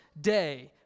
day